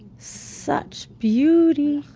such beauty.